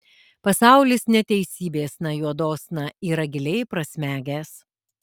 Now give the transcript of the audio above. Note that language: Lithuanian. pasaulis neteisybėsna juodosna yra giliai prasmegęs